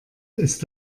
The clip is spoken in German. ist